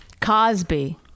Cosby